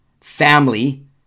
family